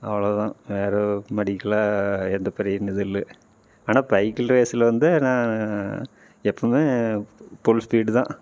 அவ்வளோ தான் வேறு மெடிக்கலாக எந்த பெரிய இதுவும் இது இல்லை ஆனால் பைக்கில் ரேஸ்ஸில் வந்து நான் எப்பவுமே ஃபுல் ஸ்பீடு தான்